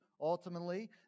ultimately